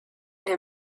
der